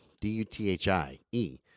D-U-T-H-I-E